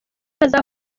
azahura